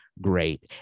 great